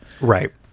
Right